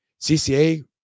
CCA